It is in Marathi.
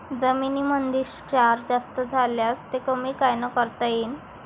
जमीनीमंदी क्षार जास्त झाल्यास ते कमी कायनं करता येईन?